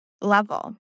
level